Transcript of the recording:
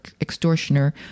extortioner